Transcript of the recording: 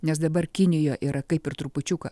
nes dabar kinija yra kaip ir trupučiuką